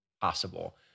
possible